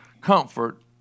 comfort